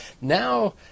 Now